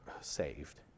saved